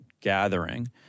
gathering